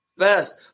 Best